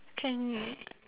can